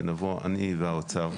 שנבוא אני והאוצר,